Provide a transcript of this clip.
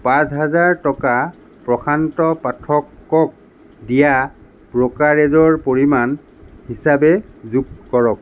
পাঁচ হাজাৰ টকা প্ৰশান্ত পাঠকক দিয়া ব্ৰ'কাৰেজৰ পৰিমাণ হিচাপে যোগ কৰক